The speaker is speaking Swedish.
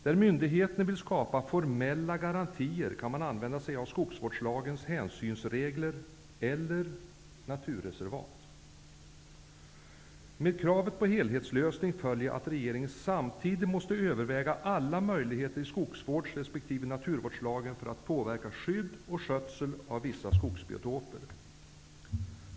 Där myndigheten vill skapa formella garantier kan man använda sig av skogsvårdslagens hänsynsregler eller naturreservat. Med kravet på helhetslösning följer att regeringen samtidigt måste överväga alla möjligheter i skogsvårdslagen resp. naturvårdslagen för att påverka skydd och skötsel av vissa skogsbiotoper.